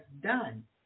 done